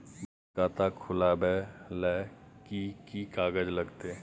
बचत खाता खुलैबै ले कि की कागज लागतै?